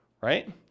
Right